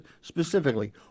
specifically